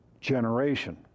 generation